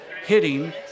hitting